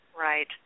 Right